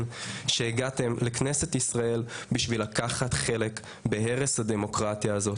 שהגעתם לכנסת ישראל בשביל לקחת חלק בהרס הדמוקרטיה הזאת,